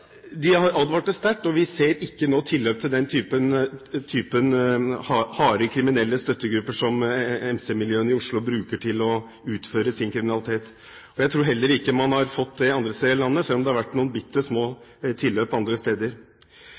De advarte sterkt, og vi ser ikke noe tilløp til den typen harde kriminelle støttegrupper som MC-miljøene i Oslo bruker til å utføre sin kriminalitet. Jeg tror heller ikke man har det andre steder i landet, selv om det har vært noen bitte små tilløp.